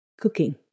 cooking